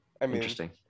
Interesting